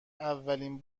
اولین